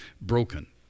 broken